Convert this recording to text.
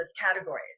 categories